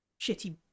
shitty